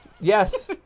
Yes